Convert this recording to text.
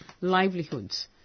livelihoods